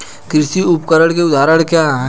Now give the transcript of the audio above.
कृषि उपकरण के उदाहरण क्या हैं?